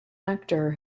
actor